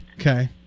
Okay